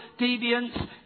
deviance